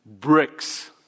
bricks